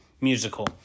musical